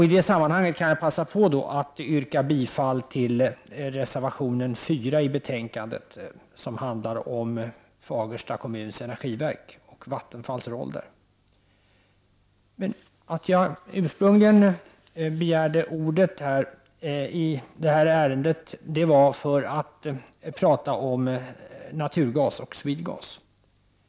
I det sammanhanget kan jag passa på att yrka bifall till reservation 4, som handlar om Fagersta kommuns energiverk och Vattenfalls roll där. Ursprungligen begärde jag ordet i det här ärendet för att prata om naturgas och SwedeGas.